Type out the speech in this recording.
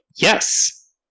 Yes